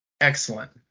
Excellent